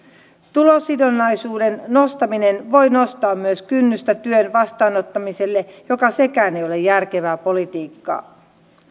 tulosidonnaisuuden nostaminen voi nostaa myös kynnystä työn vastaanottamiselle mikä sekään ei ole järkevää politiikkaa